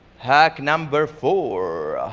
hack number four,